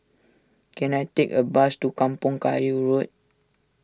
can I take a bus to Kampong Kayu Road